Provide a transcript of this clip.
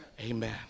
Amen